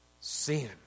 Sin